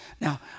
Now